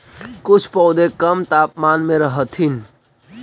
कुछ पौधे कम तापमान में रहथिन